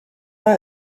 pas